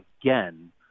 again